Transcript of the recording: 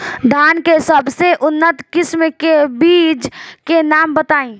धान के सबसे उन्नत किस्म के बिज के नाम बताई?